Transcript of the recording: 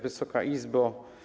Wysoka Izbo!